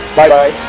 buy